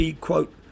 quote